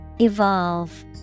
Evolve